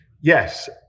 Yes